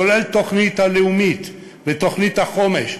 כולל התוכנית הלאומית ותוכנית החומש,